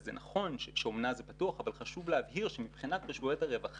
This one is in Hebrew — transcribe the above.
וזה נכון שאומנה זה פתוח אבל חשוב להבהיר שמבחינת רשויות הרווחה,